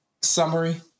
summary